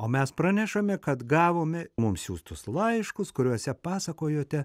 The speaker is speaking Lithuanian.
o mes pranešame kad gavome mums siųstus laiškus kuriuose pasakojote